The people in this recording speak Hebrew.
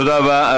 תודה רבה.